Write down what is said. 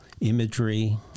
imagery